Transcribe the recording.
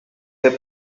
hip